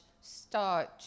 starch